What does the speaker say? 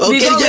Okay